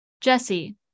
Jesse